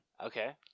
Okay